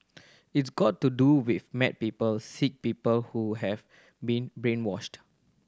it's got to do with mad people sick people who have been brainwashed